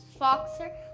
Foxer